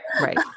right